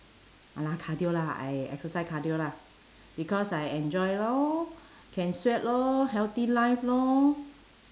ah lah cardio lah I exercise cardio lah because I enjoy lor can sweat lor healthy life lor